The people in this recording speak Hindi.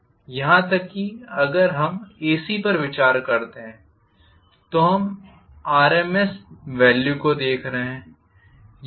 यहां तक कि अगर हम ACकरंट पर विचार करते हैं तो हम RMS वेल्यू को देख रहे हैं